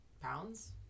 pounds